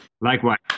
Likewise